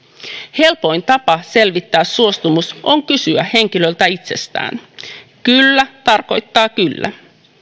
helpoin tapa selvittää suostumus on kysyä henkilöltä itseltään kyllä tarkoittaa kyllä